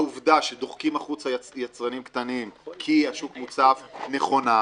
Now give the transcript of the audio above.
העובדה שדוחקים החוצה יצרנים קטנים כי השוק מוצף נכונה.